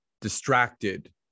distracted